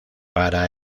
para